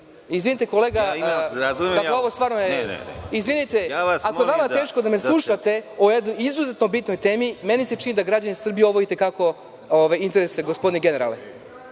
Izvinite, ako je vama teško da me slušate o jednoj izuzetno bitnoj temi, meni se čini da građane Srbije ovo i te kako interesuje, gospodine generale.